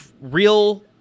real